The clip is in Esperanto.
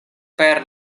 per